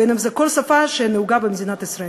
בין שזו כל שפה שנהוגה במדינת ישראל?